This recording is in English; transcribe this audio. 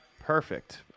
Perfect